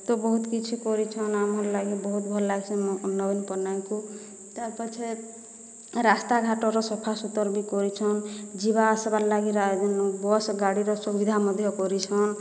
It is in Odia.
ତ ବହୁତ୍ କିଛୁ କରିଛନ୍ ଆମର୍ ଲାଗି ବହୁତ୍ ଭଲ୍ ଲାଗ୍ସି ନବୀନ ପଟ୍ଟନାୟକଙ୍କୁ ତା ପଛେ ରାସ୍ତାଘାଟର ସଫାସୁତର୍ ବି କରିଛନ୍ ଯିବାଆସିବାର୍ ଲାଗି ବସ୍ ଗାଡ଼ିର ସୁବିଧା ମଧ୍ୟ କରିଛନ୍